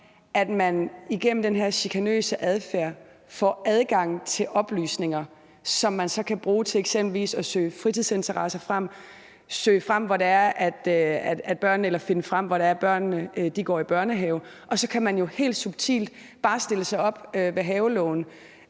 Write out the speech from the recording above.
at man igennem den her chikanøse adfærd får adgang til oplysninger, som man så kan bruge til eksempelvis at søge fritidsinteresser frem og finde frem til, hvor børnene går i børnehave, og så kan man jo helt subtilt bare stille sig op ved havelågen